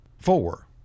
Four